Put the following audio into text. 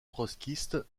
trotskiste